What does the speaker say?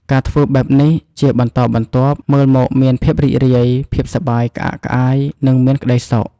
ការធ្វើបែបនេះជាបន្តបន្ទាប់ មើលមកមានភាពរីករាយ ភាពសប្បាយក្អាក់ក្អាយ និងមានក្តីសុខ។